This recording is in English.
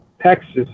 Texas